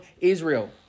Israel